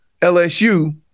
LSU